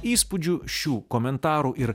įspūdžių šių komentarų ir